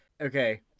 okay